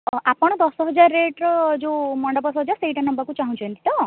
ହଁ ଆପଣ ଦଶ ହଜାର ରେଟ୍ର ଯେଉଁ ମଣ୍ଡପ ସଜା ସେଇଟା ନେବାକୁ ଚାହୁଁଛନ୍ତି ତ